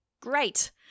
great